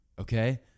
okay